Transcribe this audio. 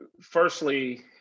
firstly